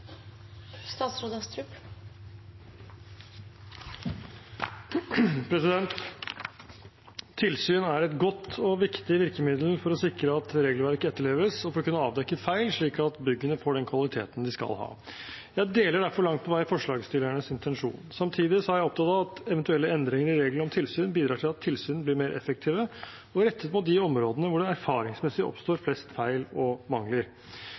et godt og viktig virkemiddel for å sikre at regelverk etterleves, og for å kunne avdekke feil, slik at byggene får den kvaliteten de skal ha. Jeg deler derfor langt på vei forslagsstillernes intensjon. Samtidig er jeg opptatt av at eventuelle endringer i reglene om tilsyn bidrar til at tilsynene blir mer effektive og rettet mot de områdene hvor det erfaringsmessig oppstår flest feil og mangler.